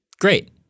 great